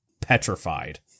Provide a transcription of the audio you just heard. petrified